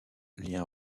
lien